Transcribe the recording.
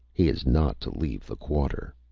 he is not to leave the quarter.